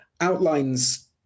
outlines